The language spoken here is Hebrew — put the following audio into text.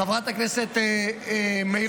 חברת הכנסת מירון,